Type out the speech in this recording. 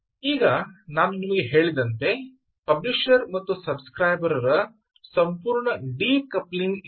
ಈಗ ನಾನು ನಿಮಗೆ ಹೇಳಿದಂತೆ ಪಬ್ಲಿಷರ್ ಮತ್ತು ಸಬ್ ಸ್ಕ್ರೈಬರ್ ರ ಸಂಪೂರ್ಣ ಡಿಕೌಪ್ಲಿಂಗ್ ಇದೆ